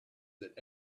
that